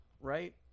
right